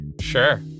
Sure